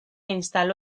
instaló